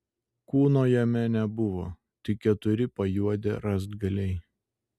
kūno jame nebuvo tik keturi pajuodę rąstgaliai